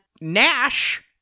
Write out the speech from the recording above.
Nash